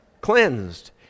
Cleansed